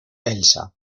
elsa